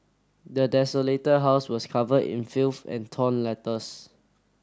the desolated house was covered in filth and torn letters